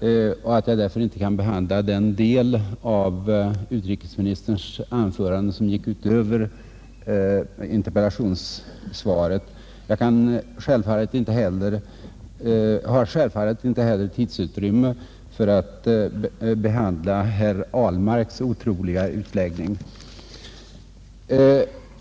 på mig och att jag därför inte kan behandla den del av utrikesministerns anförande som gick utöver interpellationssvaret. Jag har självfallet inte heller tidsutrymme för att säga något om herr Ahlmarks otroliga utläggning.